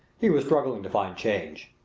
he was struggling to find change.